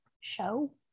show